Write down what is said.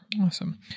Awesome